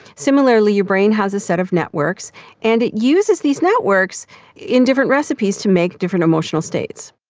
similarly your brain has a set of networks and it uses these networks in different recipes to make different emotional states.